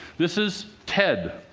this is ted,